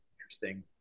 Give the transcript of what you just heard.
interesting